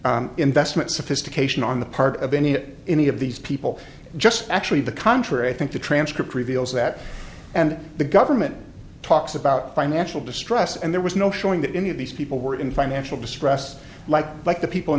sophistication investment sophistication on the part of any any of these people just actually the contrary i think the transcript reveals that and the government talks about financial distress and there was no showing that any of these people were in financial distress like like the people in